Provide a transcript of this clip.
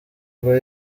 rwa